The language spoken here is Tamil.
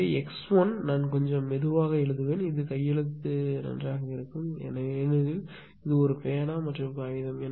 எனவே x1 நான் கொஞ்சம் மெதுவாக எழுதுவேன் இது கையெழுத்து நன்றாக இருக்கும் ஏனெனில் இது ஒரு பேனா மற்றும் காகிதம்